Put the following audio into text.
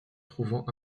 trouvant